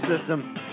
system